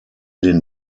den